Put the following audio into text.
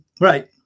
Right